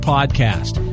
Podcast